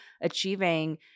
achieving